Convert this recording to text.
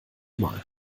mal